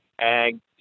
ag